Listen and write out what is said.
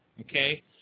okay